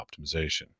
optimization